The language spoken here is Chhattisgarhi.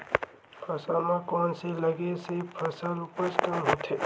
फसल म कोन से लगे से फसल उपज कम होथे?